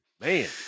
Man